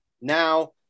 Now